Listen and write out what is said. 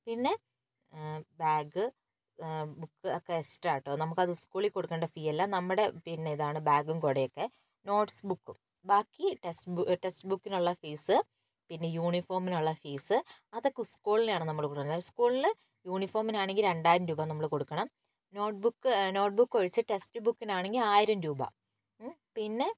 പിന്നെ bag book ഒക്കെ extra കേട്ടൊ നമ്മൾക്ക് അത് സ്ക്കൂളിൽ കൊടുക്കേണ്ട ഫീ അല്ല നമ്മുടെ പിന്നെ ഇതാണ് ബാഗും കുടയുമൊക്കെ നോട്ട്സ് ബുക്കും ബാക്കി ടെക്സ്റ്റ് ടെക്സ്റ്റ് ബുക്കിനുള്ള ഫീസ് പിന്നെ യൂണിഫോമിനുള്ള ഫീസ് അതൊക്കെ സ്ക്കൂളിനാണ് നമ്മൾ കൊടുക്കുന്നത് സ്കൂളിന് യൂണിഫോമിനാണെങ്കിൽ രണ്ടായിരം രൂപ നമ്മൾ കൊടുക്കണം നോട്ട് ബൂക്ക് നോട്ട്ബുക്കൊഴിച്ച് ടെക്സ്റ്റ് ബുക്കിനാണെങ്കിൽ ആയിരം രൂപ പിന്നെ